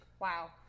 Wow